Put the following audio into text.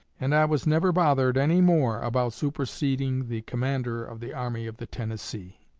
and i was never bothered any more about superseding the commander of the army of the tennessee.